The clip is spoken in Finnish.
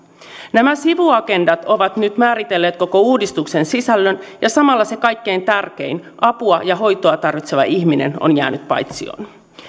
nämä sivuagendat ovat nyt määritelleet koko uudistuksen sisällön ja samalla se kaikkein tärkein apua ja hoitoa tarvitseva ihminen on jäänyt paitsioon